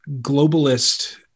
globalist